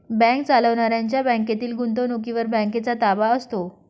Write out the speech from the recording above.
bank चालवणाऱ्यांच्या बँकेतील गुंतवणुकीवर बँकेचा ताबा असतो